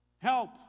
Help